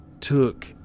took